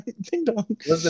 ding-dong